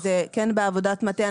כי זה כן בעבודת מטה.